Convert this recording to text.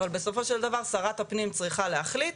אבל בסופו של דבר שרת הפנים צריכה להחליט.